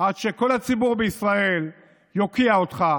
עד שכל הציבור בישראל יוקיע אותך